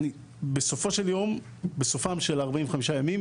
בסופם של 45 הימים,